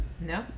No